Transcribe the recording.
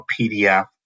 PDF